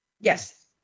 Yes